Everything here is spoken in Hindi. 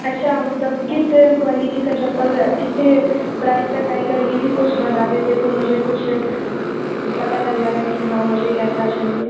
अच्छा मतलब किस क्वालिटी का चप्पल कित्ते प्राइस तक आएगा ये भी कुछ बता देते तो मुझे कुछ पता लग जाता कि हाँ मुझे कैसा चाहिए